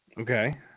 Okay